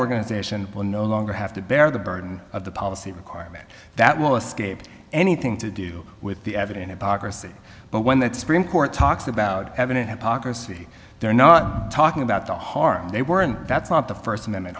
organization will no longer have to bear the burden of the policy requirement that will escape anything to do with the evidence but when that spring court talks about heaven and hypocrisy they're not talking about the harm they were and that's not the first amendment